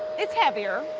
it's heavier.